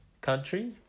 country